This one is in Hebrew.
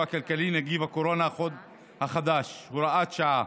כלכלי (נגיף הקורונה החדש) (הוראת שעה)